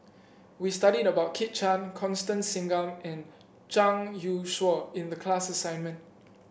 we studied about Kit Chan Constance Singam and Zhang Youshuo in the class assignment